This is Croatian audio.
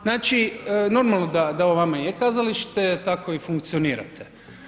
Znači normalno da ovo vama je kazalište, tako i funkcionirate.